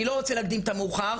אני לא רוצה להקדים את המאוחר,